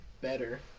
better